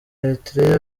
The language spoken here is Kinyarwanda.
eritrea